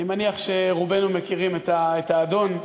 אני מניח שרובנו מכירים את האדון.